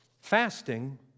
Fasting